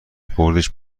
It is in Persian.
بردش